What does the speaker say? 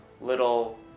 little